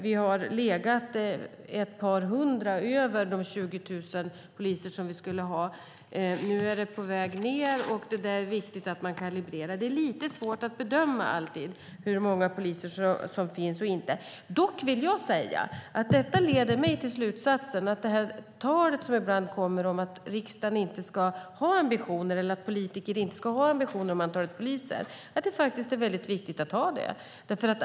Vi har haft ett par hundra fler än de 20 000 poliser som vi skulle ha, och nu är antalet på väg ned. Det är viktigt att man kan kalibrera detta. Det är alltid lite svårt att bedöma hur många poliser som finns. Dock vill jag säga att det leder mig till slutsatsen att det är viktigt att riksdagen och politiker har ambitioner om antalet poliser, trots det tal som ibland hörs om att det inte skulle vara viktigt.